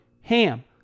HAM